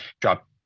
drop